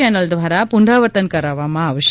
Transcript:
channel દ્વારા પુનરાવર્તન કરાવવામાં આવશે